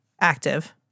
active